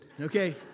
Okay